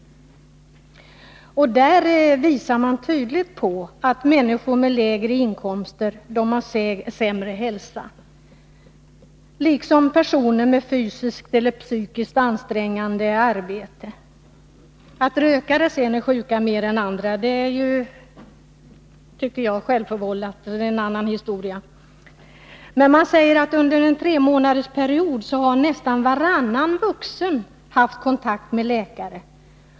I den visas tydligt att människor med lägre inkomst liksom personer med fysiskt eller psykiskt ansträngande arbete har sämre hälsa. Att rökare är sjuka mer än andra är en annan historia — det är ju självförvållat. Under en tremånadersperiod har, enligt rapporten, nästan varannan vuxen haft kontakt med läkare.